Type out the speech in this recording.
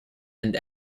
and